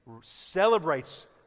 celebrates